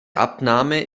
abnahme